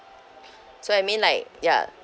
so I mean like ya